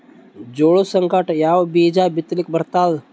ಜೋಳದ ಸಂಗಾಟ ಯಾವ ಬೀಜಾ ಬಿತಲಿಕ್ಕ ಬರ್ತಾದ?